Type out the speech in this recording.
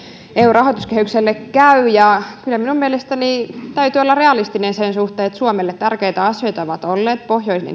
rahoituskehykselle käy ja kyllä minun mielestäni täytyy olla realistinen sen suhteen että suomelle tärkeitä asioita ovat olleet pohjoinen